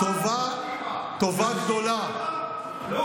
שר הביטחון, מה התוכנית לשלום?